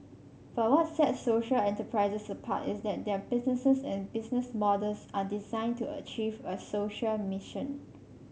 but what sets social enterprises apart is that their businesses and business models are designed to achieve a social mission